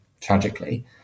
tragically